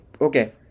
okay